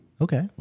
Okay